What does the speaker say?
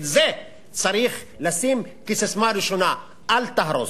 את זה צריך לשים כססמה ראשונה, אל תהרוס.